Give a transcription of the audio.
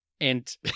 and-